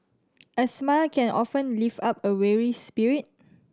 a smile can often lift up a weary spirit